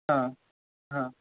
ह ह